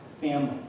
family